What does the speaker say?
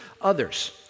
others